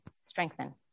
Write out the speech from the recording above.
strengthen